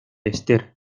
estero